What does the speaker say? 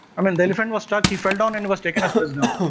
i mean the elephant was stuck, he fell own and he was taken as prisoner.